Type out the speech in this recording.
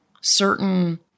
certain